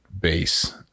base